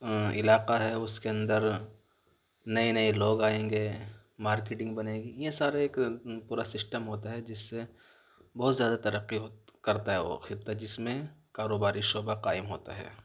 علاقہ ہے اُس کے اندر نئے نئے لوگ آئیں گے مارکیٹنگ بنیں گی یہ سارے ایک پورا سسٹم ہوتا ہے جس سے بہت زیادہ ترقی ہوتی کرتا ہے وہ خطّہ جس میں کاروباری شعبہ قائم ہوتا ہے